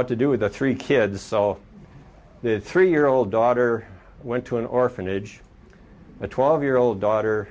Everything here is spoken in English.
what to do with the three kids self the three year old daughter went to an orphanage a twelve year old daughter